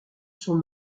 son